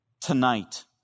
tonight